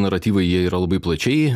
naratyvai jie yra labai plačiai